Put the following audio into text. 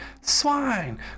Swine